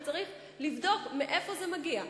שצריך לבדוק מאיפה זה מגיע,